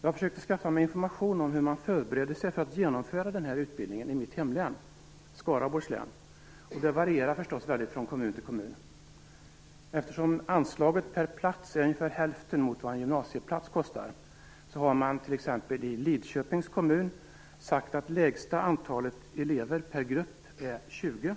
Jag har försökt skaffa mig information om hur man förbereder sig för att genomföra den här utbildningen i mitt hemlän - Skaraborgs län. Det varierar förstås väldigt från kommun till kommun. Eftersom anslaget per plats är ungefär hälften av vad en gymnasieplats kostar har man t.ex. i Lidköpings kommun sagt att lägsta antalet elever per grupp skall vara 20.